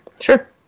Sure